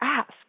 ask